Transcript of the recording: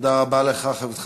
תודה רבה לך, חבר הכנסת חזן.